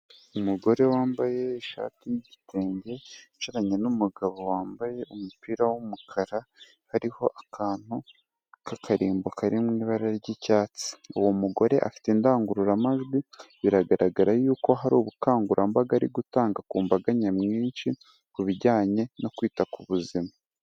Umugore wambaye ishati y'igitenge yicaranye n'umugabo wambaye umupira w'umukara, hariho akantu k'akarimbo kari mu ibara ry'icyatsi, uwo mugore afite indangururamajwi, biragaragara y'uko hari ubukangurambaga ari gutanga ku mbaga nyamwinshi, ku bijyanye no kwita ku buzima.